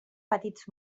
petits